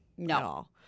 No